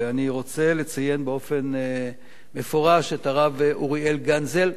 ואני רוצה לציין באופן מפורש את הרב אוריאל גנזל,